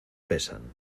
pesan